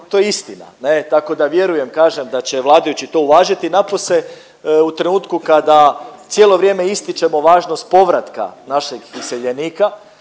to je istina ne, tako da vjerujem kažem da će vladajući to uvažiti napose u trenutku kada cijelo vrijeme ističemo važnost povratka našeg iseljenika,